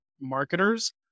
marketers